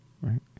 right